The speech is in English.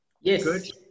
Yes